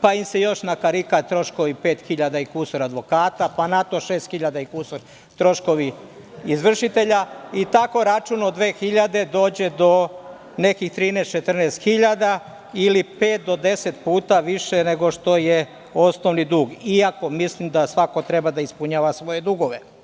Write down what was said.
pa im se još nakarikaju troškovi pet hiljada i kusur - advokata, pa na to šest hiljada i kusuru - troškovi izvršitelja, i tako račun od dve hiljade dođe do nekih 13, 14 hiljada ili pet do deset puta više nego što je osnovni dug, iako mislim da svako treba da ispunjava svoje dugove?